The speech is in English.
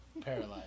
Paralyzed